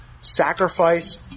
Sacrifice